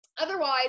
Otherwise